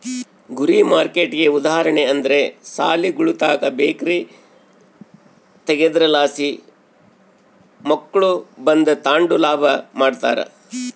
ಗುರಿ ಮಾರ್ಕೆಟ್ಗೆ ಉದಾಹರಣೆ ಅಂದ್ರ ಸಾಲಿಗುಳುತಾಕ ಬೇಕರಿ ತಗೇದ್ರಲಾಸಿ ಮಕ್ಳು ಬಂದು ತಾಂಡು ಲಾಭ ಮಾಡ್ತಾರ